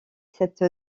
cette